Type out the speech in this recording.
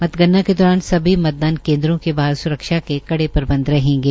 मतगणना के दौरान सभी मतदान केनद्रो के बाहर सुरक्षा के कड़े प्रबंध रहेंगे